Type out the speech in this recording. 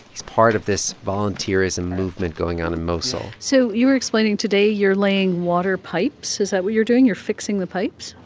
he's part of this volunteerism movement going on in mosul so you were explaining today you're laying water pipes. is that what you're doing you're fixing the pipes?